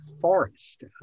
forest